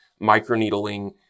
microneedling